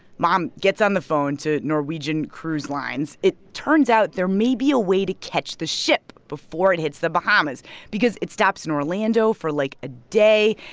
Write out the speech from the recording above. mom gets on the phone to norwegian cruise lines. it turns out there may be a way to catch the ship before it hits the bahamas because it stops in orlando for, like, a day,